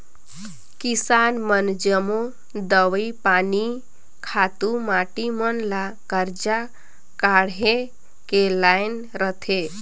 किसान मन जम्मो दवई पानी, खातू माटी मन ल करजा काएढ़ के लाएन रहथें